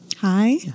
Hi